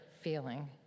feeling